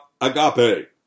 agape